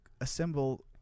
assemble